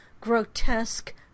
grotesque